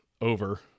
over